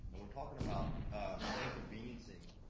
and we're talking about inconveniencing